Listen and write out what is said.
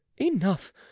enough